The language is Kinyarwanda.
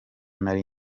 nari